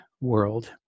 world